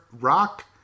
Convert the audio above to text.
rock